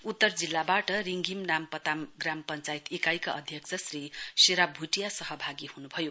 उत्तर जिल्लाबाट रिंघिम नामपताम ग्राम पञ्चायत इकाइका अध्यक्ष श्री शेराप भुटिया सहभागी हुनुभयो